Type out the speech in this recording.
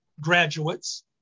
graduates